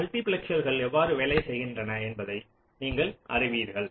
மல்டிபிளெக்சர்கள் எவ்வாறு வேலை செய்கின்றன என்பதையும் நீங்கள் அறிவீர்கள்